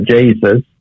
Jesus